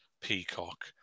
Peacock